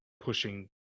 pushing